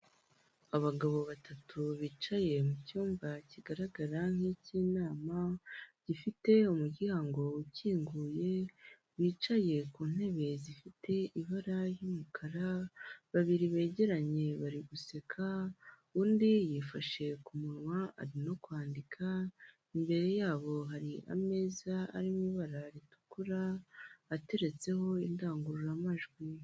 Abagabo batatu bicaye mucyumba kigaragara nk' icy'inama gifite umuryango ukinguye wicaye ku ntebe zifite ibara ry'umukara babiri begeranye bari guseka undi yifashe ku munwa ari no kwandika imbere yabo hari ameza arimo ibara ritukura ateretseho indangururamajwi.